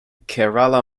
kerala